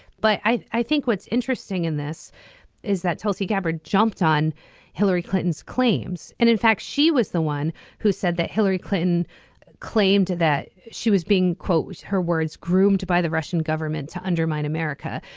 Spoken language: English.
but i i think what's interesting in this is that tulsi gabbard jumped on hillary clinton's claims and in fact she was the one who said that hillary clinton claimed that she was being quote her words groomed by the russian government to undermine america.